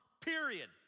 period